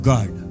God